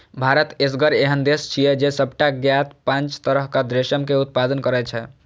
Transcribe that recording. भारत एसगर एहन देश छियै, जे सबटा ज्ञात पांच तरहक रेशम के उत्पादन करै छै